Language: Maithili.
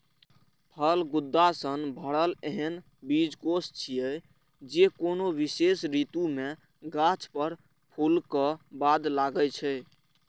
फल गूदा सं भरल एहन बीजकोष छियै, जे कोनो विशेष ऋतु मे गाछ पर फूलक बाद लागै छै